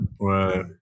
Right